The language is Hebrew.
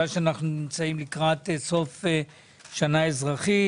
שאנחנו נמצאים לקראת סוף שנה אזרחית,